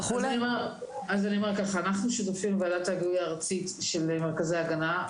אנחנו שותפים בוועדת ההיגוי הארצית של מרכזי ההגנה.